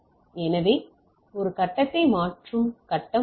எனவே ஒரு கட்டத்தை மாற்றும் கட்டம் உள்ளது